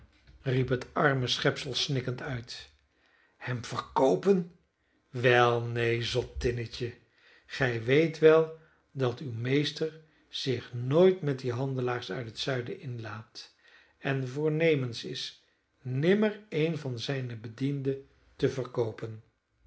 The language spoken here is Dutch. riep het arme schepsel snikkend uit hem verkoopen wel neen zottinnetje gij weet wel dat uw meester zich nooit met die handelaars uit het zuiden inlaat en voornemens is nimmer een van zijne bedienden te verkoopen